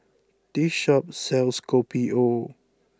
this shop sells Kopi O